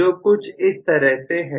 जो कुछ इस तरह से है